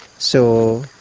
so